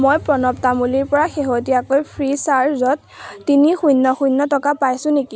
মই প্ৰণৱ তামুলীৰপৰা শেহতীয়াকৈ ফ্ৰীচাৰ্জত তিনি শূন্য শূন্য টকা পাইছো নেকি